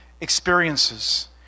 experiences